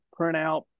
printout